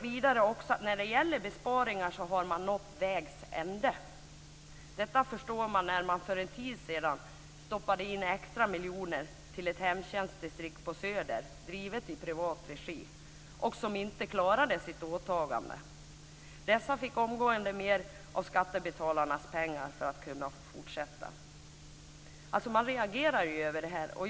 Vidare sägs det att när det gäller besparingar har man nått vägs ände. Detta förstår man när det för en tid sedan stoppades in extramiljoner till ett hemtjänstsdistrikt på Söder drivet i privat regi och som inte klarade sitt åtagande. Dessa fick alltså omgående mer av skattebetalarnas pengar för att kunna fortsätta. Man reagerar ju över sådant här.